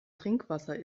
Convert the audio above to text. trinkwasser